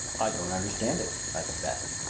i don't understand it, i confessed.